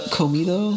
comido